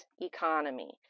economy